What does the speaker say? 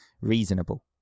reasonable